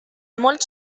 molt